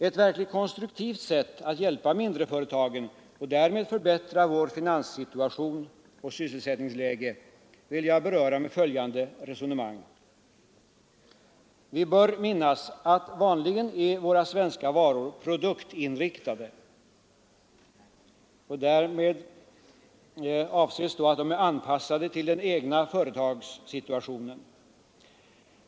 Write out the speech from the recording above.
Ett verkligt konstruktivt sätt att hjälpa mindreföretagen och därmed förbättra vår finanssituation och vårt sysselsättningsläge vill jag beröra med följande resonemang: Vi bör minnas att våra svenska varor vanligen är produktinriktade, och därmed avses att de är anpassade till den egna företagssituationen.